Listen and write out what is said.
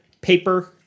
paper